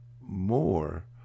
more